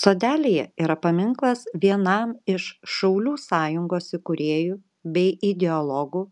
sodelyje yra paminklas vienam iš šaulių sąjungos įkūrėjų bei ideologų